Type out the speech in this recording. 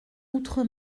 outre